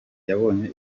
yabonye